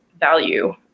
value